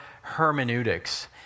hermeneutics